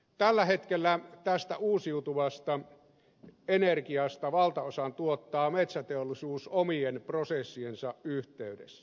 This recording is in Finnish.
tällä hetkellä tästä uusiutuvasta energiasta valtaosan tuottaa metsäteollisuus omien prosessiensa yhteydessä